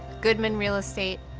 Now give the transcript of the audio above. goodman real estate,